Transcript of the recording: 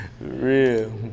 real